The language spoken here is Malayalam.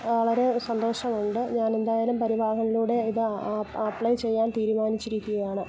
വളരെ സന്തോഷമുണ്ട് ഞാൻ എന്തായാലും പരിപാവഹനിലൂടെ ഇത് അപ്ലൈ ചെയ്യാൻ തീരുമാനിച്ചിരിക്കുകയാണ്